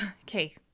Okay